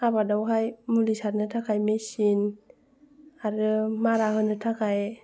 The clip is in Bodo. आबादावहाय मुलि सारनो थाखाय मेचिन आरो मारा होनो थाखाय